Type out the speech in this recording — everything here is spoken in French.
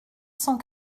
cent